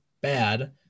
bad